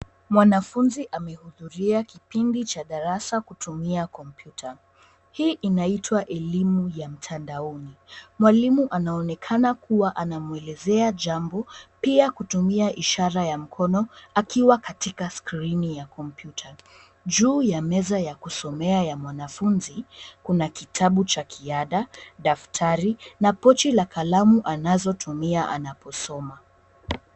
Mwanafunzi amehudhuria kipindi cha darasa kutumia kompyuta, hii inaitwa elimu ya mtandaoni. Mwalimu anaonekana kuwa anamwelezea jambo pia kutumia ishara ya mkono akiwa katika skrini ya kompyuta. Juu ya meza ya kusomea ya mwanafunzi, kuna kitabu cha kiada, daftari na pochi la kalamu anazotumia anaposoma.